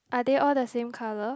are they all the same colour